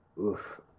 oof